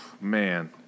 man